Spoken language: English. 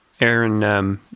Aaron